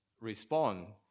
respond